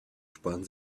sparen